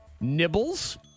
Nibbles